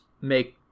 make